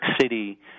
City